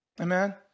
Amen